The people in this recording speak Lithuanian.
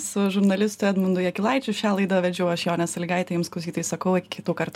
su žurnalistu edmundu jakilaičiu šią laidą vedžiau aš jonė salygaitė jums klausytojai sakau iki kitų kartų